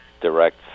Direct